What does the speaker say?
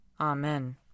Amen